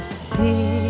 see